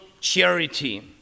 charity